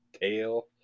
tail